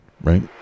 right